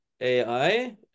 AI